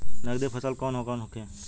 नकदी फसल कौन कौनहोखे?